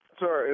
sir